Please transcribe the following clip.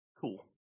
Cool